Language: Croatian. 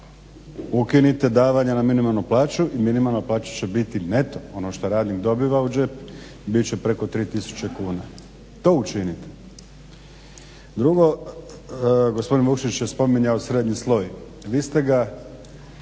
Ukinite davanja na minimalnu plaću i minimalna plaća će biti neto, ono što radnik dobiva u džep i bit će preko 3 tisuće kuna. To učinite. Drugo, gospodin Vukšić je spominjao srednji sloj. Vi ste ga